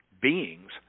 beings